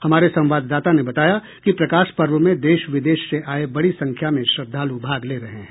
हमारे संवाददाता ने बताया कि प्रकाश पर्व में देश विदेश से आये बड़ी संख्या में श्रद्धालु भाग ले रहे हैं